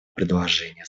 предложения